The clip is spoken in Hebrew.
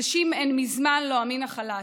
נשים הן מזמן לא המין החלש.